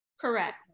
correct